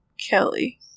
Kelly